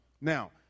now